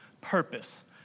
purpose